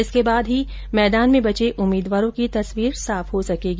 इसके बाद ही मैदान में बचे उम्मीदवारों की तस्वीर साफ हो सकेगी